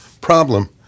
problem